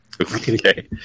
Okay